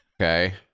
Okay